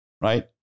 Right